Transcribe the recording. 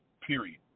period